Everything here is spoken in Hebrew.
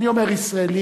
אני אומר ישראלים,